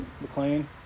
McLean